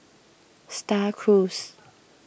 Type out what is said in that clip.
Star Cruise